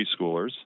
preschoolers